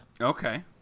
Okay